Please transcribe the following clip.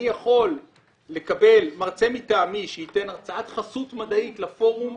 אני יכול לקבל מרצה מטעמי שייתן הרצאת חסות מדעית לפורום